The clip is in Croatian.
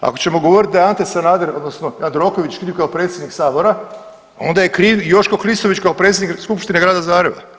Ako ćemo govorit da je Ante Sander odnosno Jandroković kriv kao predsjednik sabora onda je kriv i Joško Klisović kao predsjednik Skupštine Grada Zagreba.